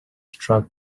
track